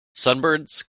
sunburns